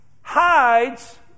hides